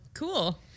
Cool